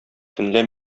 төнлә